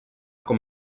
com